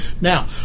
Now